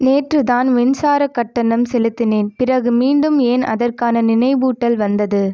நேற்றுதான் மின்சார கட்டணம் செலுத்தினேன் பிறகு மீண்டும் ஏன் அதற்கான நினைவூட்டல் வந்தது